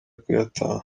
kuyatanga